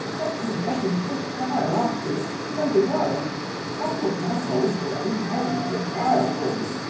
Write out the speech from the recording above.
let me get into the fire after it say the word i'll put my whole grey head into the fire for it!